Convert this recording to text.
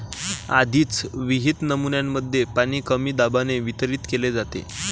आधीच विहित नमुन्यांमध्ये पाणी कमी दाबाने वितरित केले जाते